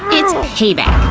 it's payback!